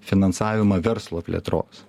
finansavimą verslo plėtros